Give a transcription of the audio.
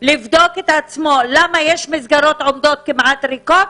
לבדוק את עצמו למה יש מסגרות שעומדות כמעט ריקות,